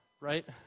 right